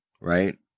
right